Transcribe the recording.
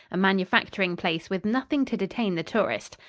a manufacturing place with nothing to detain the tourist.